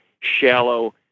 shallow